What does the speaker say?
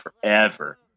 forever